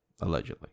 allegedly